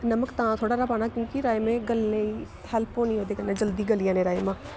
नमक तां थोह्ड़ा हारा पाना क्योंकि राजमांह् गी गलने गी हैल्प होनी ओह्दे कन्नै जल्दी गली जानी राजमांह्